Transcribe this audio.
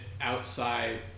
outside